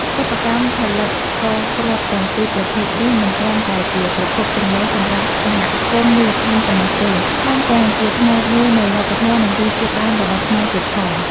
សិប្បកម្មផលិតស្ករគ្រាប់ទាំងពីរប្រភេទនេះ មិនត្រឹមតែជាប្រភពចំណូលសម្រាប់សហគមន៍មូលដ្ឋានប៉ុណ្ណោះទេ ថែមទាំងជាផ្នែកមួយនៃវប្បធម៌ និងរសជាតិដើមរបស់ខ្មែរទៀតផង។